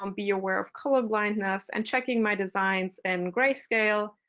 um be aware of color blindness, and checking my designs and gray scale.